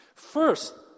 First